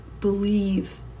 believe